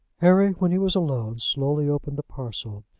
harry, when he was alone, slowly opened the parcel.